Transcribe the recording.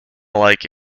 like